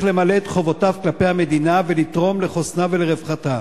למלא את חובותיו כלפי המדינה ולתרום לחוסנה ולרווחתה.